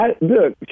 Look